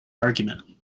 argument